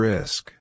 Risk